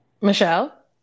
Michelle